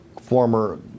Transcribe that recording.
former